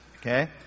okay